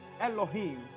Elohim